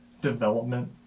development